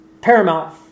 Paramount